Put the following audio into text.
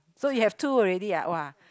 so you have two already ah !wah!